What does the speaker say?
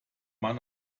man